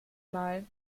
mal